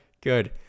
good